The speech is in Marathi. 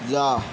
जा